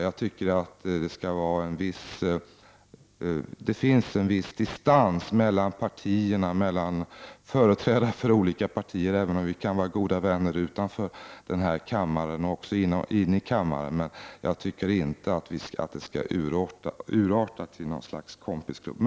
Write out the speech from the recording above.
Jag tycker inte om det här förslaget. Det finns en viss distans mellan företrädare för olika partier, även om vi kan vara goda vänner utanför den här kammaren och också inne i kammaren. Jag tycker inte att det skall urarta till något slags kompisklubb.